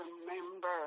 remember